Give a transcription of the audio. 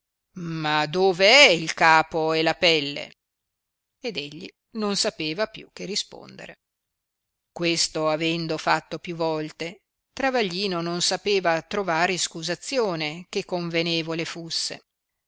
ma dove è il capo e la pelle ed egli non sapeva più che rispondere questo avendo fatto più volte travaglino non sapeva trovar iscusazione che convenevole fusse